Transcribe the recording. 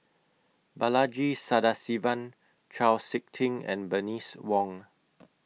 Balaji Sadasivan Chau Sik Ting and Bernice Wong